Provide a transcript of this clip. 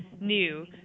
new